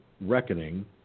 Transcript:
reckoning